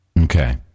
Okay